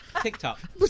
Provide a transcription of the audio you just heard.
TikTok